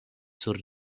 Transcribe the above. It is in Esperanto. sur